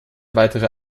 weitere